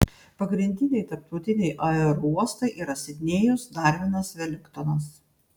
pagrindiniai tarptautiniai aerouostai yra sidnėjus darvinas velingtonas